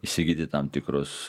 įsigyti tam tikrus